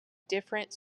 different